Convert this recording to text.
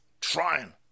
Trying